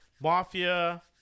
mafia